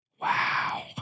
Wow